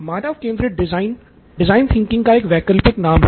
मानव केंद्रित design design thinking का एक वैकल्पिक नाम है